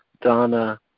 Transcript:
Donna